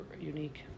unique